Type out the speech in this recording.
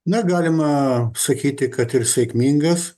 na galima sakyti kad ir sėkmingas